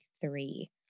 three